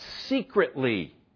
secretly